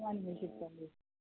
तूं आनी खंय शिकतालो रे